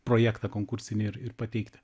projektą konkursinį ir ir pateikti